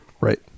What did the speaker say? right